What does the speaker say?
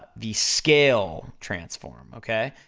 the scale transform, okay?